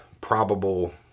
probable